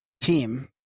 team